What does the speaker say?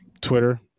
Twitter